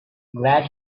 glad